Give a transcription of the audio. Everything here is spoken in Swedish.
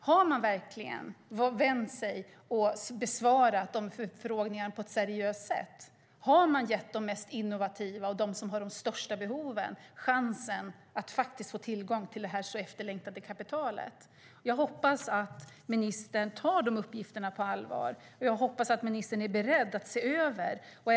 Har de verkligen besvarat förfrågningarna på ett seriöst sätt? Har man gett de mest innovativa och de som har de största behoven chansen att faktiskt få tillgång till det så efterlängtade kapitalet? Jag hoppas att ministern tar uppgifterna på allvar och är beredd att se över detta.